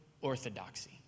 orthodoxy